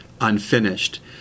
unfinished